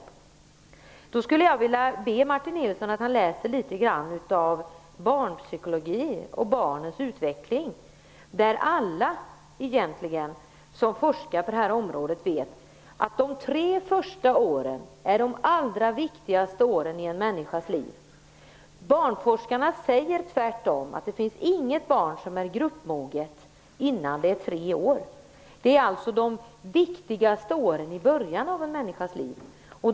Jag skulle vilja be Martin Nilsson att läsa litet grand om barnpsykologi och om barnens utveckling. Egentligen alla som forskar på det här området vet att de tre första levnadsåren är de allra viktigaste åren i en människas liv. Barnforskarna säger att inget barn är gruppmoget före tre års ålder. De viktigaste åren är alltså de första levnadsåren.